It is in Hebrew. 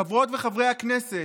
חברות וחברי הכנסת,